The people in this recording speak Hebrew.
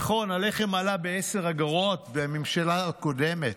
נכון, הלחם עלה בעשר אגורות בממשלה הקודמת,